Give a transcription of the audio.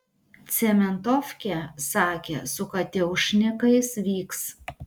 cementofkė sakė su kateušnikais vyks